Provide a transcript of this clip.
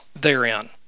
therein